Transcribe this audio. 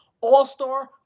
all-star